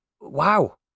wow